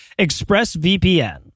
ExpressVPN